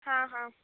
ਹਾਂ ਹਾਂ